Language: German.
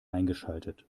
eingeschaltet